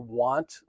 want